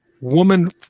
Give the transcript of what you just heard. woman